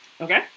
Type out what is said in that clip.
Okay